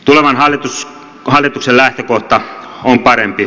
tulevan hallituksen lähtökohta on parempi